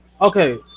okay